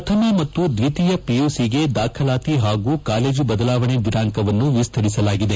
ಪ್ರಥಮ ಮತ್ತು ದ್ವಿತೀಯ ಪಿಯುಸಿಗೆ ದಾಖಲಾತಿ ಹಾಗೂ ಕಾಲೇಜು ಬದಲಾವಣೆ ದಿನಾಂಕವನ್ನು ವಿಸ್ತರಿಸಲಾಗಿದೆ